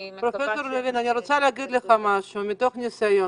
פרופ' לוין, אני רוצה להגיד לך משהו מתוך ניסיון.